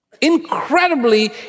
Incredibly